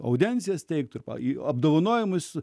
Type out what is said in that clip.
audiencijas teiktų ir į apdovanojimus